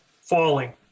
falling